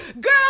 Girl